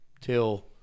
till